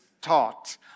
taught